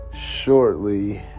shortly